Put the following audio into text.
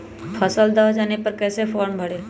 फसल दह जाने पर कैसे फॉर्म भरे?